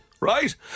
Right